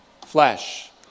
Flesh